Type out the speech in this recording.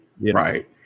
Right